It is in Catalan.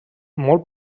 molt